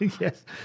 Yes